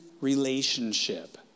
relationship